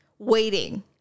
waiting